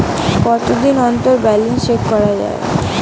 কতদিন অন্তর balance check করা য়ায়?